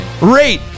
rate